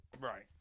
Right